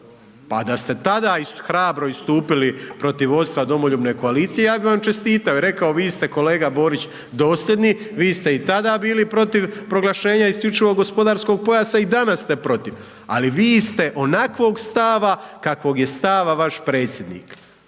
Pa da ste tada hrabro istupili protiv vodstva Domoljubne koalicije, ja bih vam čestitao i rekao vi ste kolega Borić dosljedni, vi ste i tada bili protiv proglašenja isključivog gospodarskog pojasa i danas ste protiv. Ali vi ste onakvog stava kakvog je stava vaš predsjednik.